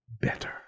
better